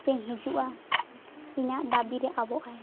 ᱥᱮᱧ ᱦᱤᱡᱩᱜᱼᱟ ᱤᱧᱟᱹᱜ ᱫᱟᱹᱵᱤ ᱨᱮ ᱟᱵᱚᱜᱼᱟᱭ